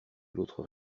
l’autre